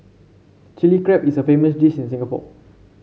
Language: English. Chilli Crab is a famous dish in Singapore